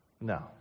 No